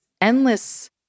endless